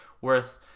worth